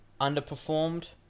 Underperformed